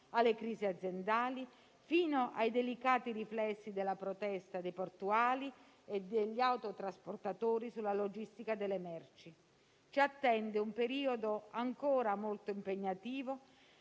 alle crisi aziendali, fino ai delicati riflessi della protesta dei portuali e degli autotrasportatori sulla logistica delle merci. Ci attende un periodo ancora molto impegnativo